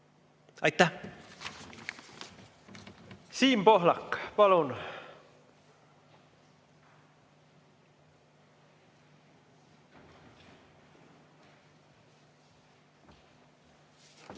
Aitäh! Siim Pohlak, palun!